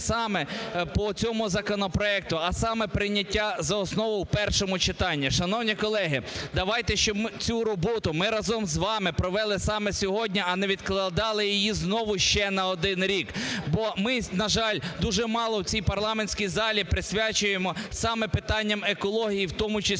саме по цьому законопроекту, а саме прийняття за основу в першому читанні. Шановні колеги, давайте, щоб цю роботу ми разом з вами провели саме сьогодні, а не відкладали її знову, ще на один рік. Бо ми, на жаль, дуже мало в цій парламентській залі присвячуємо саме питанням екології, в тому числі